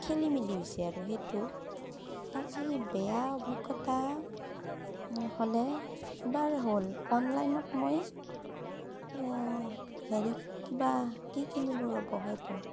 খেলি মেলি হৈছে আৰু সেইটো বাকী বেয়া অভিজ্ঞতা হ'লে এবাৰ হ'ল অনলাইনত মই হেৰি কিবা কি কিনিলো ৰ'ব সেইটো